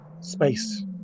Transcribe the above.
space